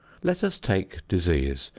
let us take disease.